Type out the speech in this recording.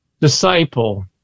disciple